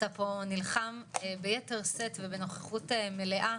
אתה פה נלחם ביתר שאת ובנוכחות מלאה,